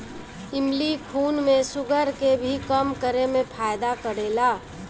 इमली खून में शुगर के भी कम करे में फायदा करेला